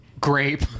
Grape